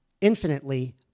infinitely